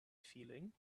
feeling